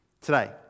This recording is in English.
Today